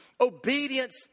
obedience